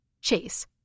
Chase